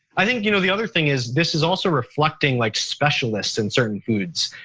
i think, you know the other thing is this is also reflecting like specialists in certain foods.